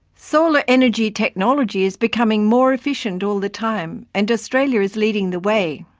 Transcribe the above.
solar energy technology is becoming more efficient all the time, and australia is leading the way.